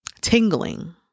tingling